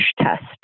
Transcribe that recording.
test